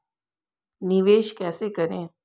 निवेश कैसे करें?